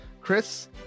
Chris